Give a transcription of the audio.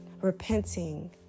Repenting